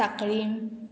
सांकलीं